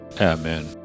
amen